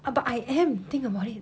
uh but I am think about it